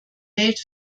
welt